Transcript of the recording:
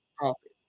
office